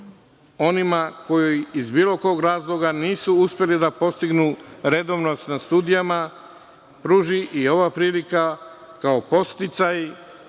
onima koji iz bilo kog razloga nisu uspeli da postignu redovnost na studijama pruži i ova prilika kao podsticaj